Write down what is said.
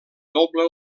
doble